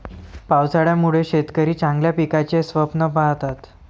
पावसाळ्यामुळे शेतकरी चांगल्या पिकाचे स्वप्न पाहतात